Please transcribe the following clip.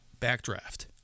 Backdraft